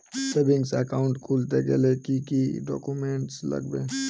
Savings account খুলতে গেলে কি কি ডকুমেন্টস লাগবে?